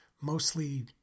mostly